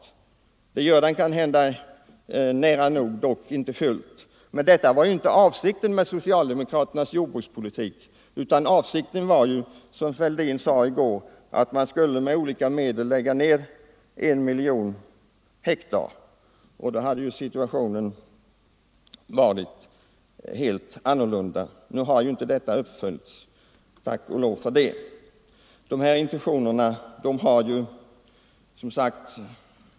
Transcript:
Ja, dess bättre har nedläggningen bromsats upp. Men detta är inte tack vare utan trots socialdemokraternas jordbrukspolitik. Avsikten var, som herr Fälldin sade i går, att man med olika medel skulle lägga ner 1 miljon hektar. Då hade ju situationen varit helt annorlunda. Nu har ju inte dessa intentioner fullföljts — och tack och lov för det.